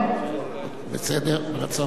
בסדר, ברצון.